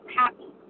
happy